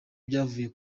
byavuye